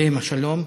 עליהם השלום.